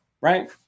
right